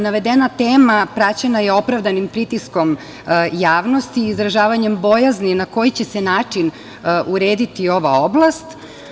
Navedena tema praćena je opravdanim pritiskom javnosti i izražavanjem bojazni na koji će se način urediti ova oblast.